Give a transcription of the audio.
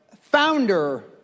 founder